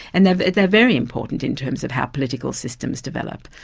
and they're they're very important in terms of how political systems develop.